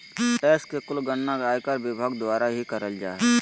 tax के कुल गणना आयकर विभाग द्वारा ही करल जा हय